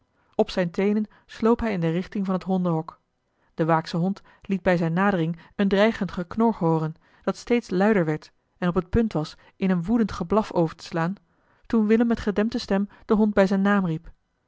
op zijne teenen sloop hij in de richting van het hondenhok de waaksche hond liet bij zijne nadering een dreigend geknor hooren dat steeds luider werd en op het punt was in een woedend geblaf over te slaan toen willem met gedempte stem den hond bij zijn naam riep